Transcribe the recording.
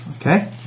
okay